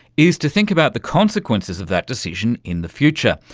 is to think about the consequences of that decision in the future.